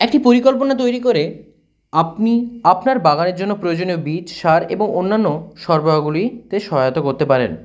একটি পরিকল্পনা তৈরি করে আপনি আপনার বাগানের জন্য প্রয়োজনীয় বীজ সার এবং অন্যান্য সরবরাহগুলিতে সহায়তা করতে পারেন